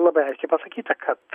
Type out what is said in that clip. labai aiškiai pasakyta kad